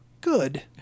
Good